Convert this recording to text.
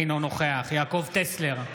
אינו נוכח יעקב טסלר,